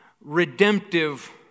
redemptive